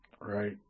Right